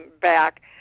back